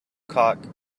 cock